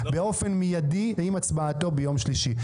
באופן מיידי ועם הצבעתו ביום שלישי.